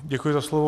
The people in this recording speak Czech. Děkuji za slovo.